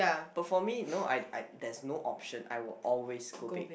but for me no I I there's no option I will always go big